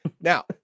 Now